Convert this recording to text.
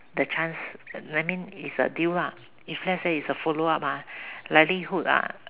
the chance I mean is a deal lah if let's say is a follow up ah likelihood ah